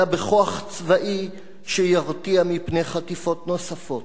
אלא בכוח צבאי שירתיע מפני חטיפות נוספות.